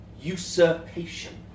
usurpation